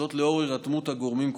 זאת, לאור הירתמות הגורמים כולם.